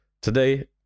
Today